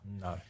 No